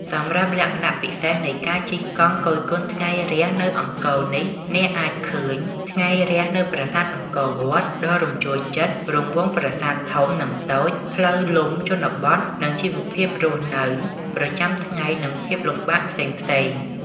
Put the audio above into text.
សម្រាប់លក្ខណៈពិសេសនៃការជិះកង់គយគន់ថ្ងៃរះនៅអង្គរនេះ អ្នកអាចឃើញ ថ្ងៃរះនៅប្រាសាទអង្គរវត្តដ៏រំជួលចិត្ត រង្វង់ប្រាសាទធំ និងតូច ផ្លូវលំជនបទនិងជីវភាពរស់នៅប្រចាំថ្ងៃ និងភាពលំបាកផ្សេងៗ។